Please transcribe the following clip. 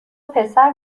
پسر